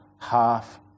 half